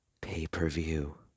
pay-per-view